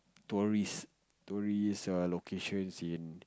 tourist tourist err locations in